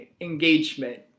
Engagement